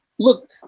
look